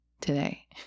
today